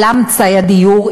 עלה מצאי הדיור,